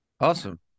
Awesome